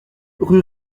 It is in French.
rue